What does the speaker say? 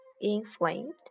inflamed